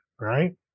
right